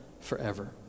forever